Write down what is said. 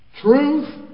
Truth